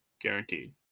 guaranteed